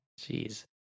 Jeez